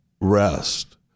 rest